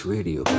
Radio